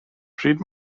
pryd